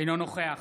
אינו נוכח